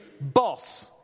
Boss